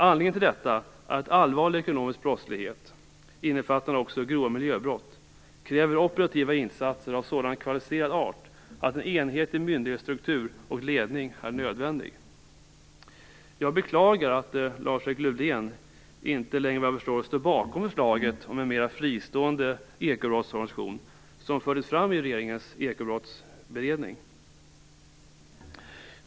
Anledningen till detta är att allvarlig ekonomisk brottslighet, innefattande också grova miljöbrott, kräver operativa insatser av sådan kvalificerad art att en enhetlig myndighetsstruktur och ledning är nödvändig. Jag beklagar att Lars-Erik Lövdén inte längre vad jag förstår står bakom det förslag om en mera fristående ekobrottsorganisation som fördes fram i regeringens ekobrottsberedning.